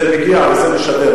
זה מגיע וזה משדר,